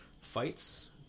fights